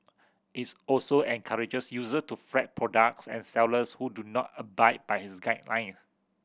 its also encourages user to flag products and sellers who do not abide by his guideline